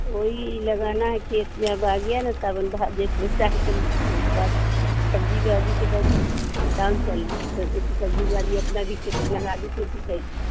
वही लगाना है खेत में अब आ गया न सावन भर जेठ सब्जी भाजी के भरो काम चल सब्जी भाजी अपना भी खेत लगा दो तो भी सही था